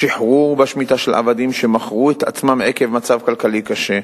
שחרור בשמיטה של עבדים שמכרו את עצמם עקב מצב כלכלי קשה,